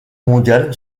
mondiale